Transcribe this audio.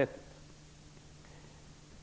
Jag ser inte